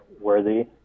worthy